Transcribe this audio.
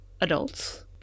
adults